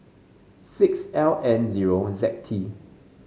six L N zero Z T